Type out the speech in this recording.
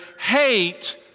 hate